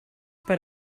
per